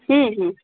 ಹ್ಞೂ ಹ್ಞೂ